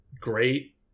great